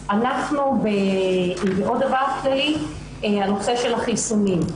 עוד דבר כללי, הנושא של החיסונים.